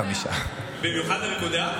חבר הכנסת רול,